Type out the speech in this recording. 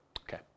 Okay